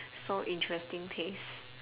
so interesting taste